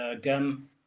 gum